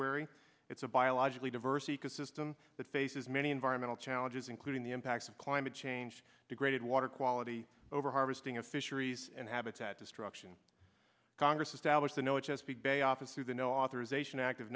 estuary it's a biologically diverse ecosystem that faces many environmental challenges including the impacts of climate change degraded water quality over harvesting of fisheries and habitat destruction congress established the no chesapeake bay office through the no authorization act